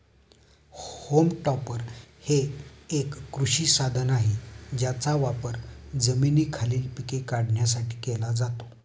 home टॉपर हे एक कृषी साधन आहे ज्याचा वापर जमिनीखालील पिके काढण्यासाठी केला जातो